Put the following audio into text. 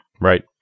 Right